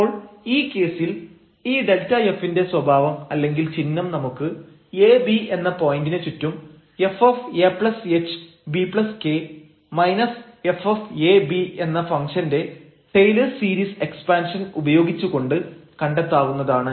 അപ്പോൾ ഈ കേസിൽ ഈ Δf ന്റെ സ്വഭാവം അല്ലെങ്കിൽ ചിഹ്നം നമുക്ക് ab എന്ന പോയന്റിന് ചുറ്റും fahbk fab എന്ന ഫംഗ്ഷന്റെ ടെയ്ലെഴ്സ് സീരീസ് എക്സ്പാൻഷൻ ഉപയോഗിച്ചുകൊണ്ട് കണ്ടെത്താവുന്നതാണ്